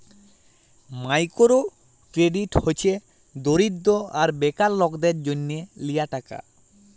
micro credit হছে দরিদ্য আর বেকার লকদের জ্যনহ লিয়া টাকা